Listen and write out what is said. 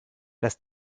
lass